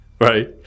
Right